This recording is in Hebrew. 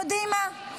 אתם יודעים מה?